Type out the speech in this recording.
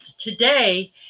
Today